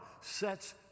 sets